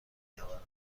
میآورند